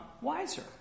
wiser